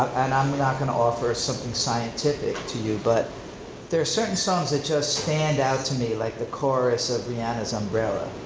and i'm not gonna offer something scientific to you, but there are certain songs that just stand out to me like the chorus of rhianna's umbrella.